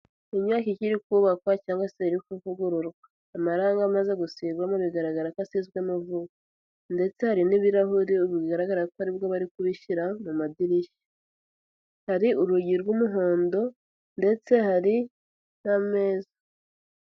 Inyubako ikiri kubakwa cyangwa se iri kuvugururwa, amarange amaze gusigwamo bigaragara ko asizwemo vuba ndetse hari n'ibirahuri bigaragara ko aribwo bari kubishyira mu madirishya, hari urugi rw'umuhondo ndetse hari n'ameza.